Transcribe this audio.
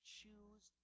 choose